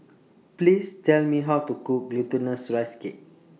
Please Tell Me How to Cook Glutinous Rice Cake